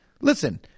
Listen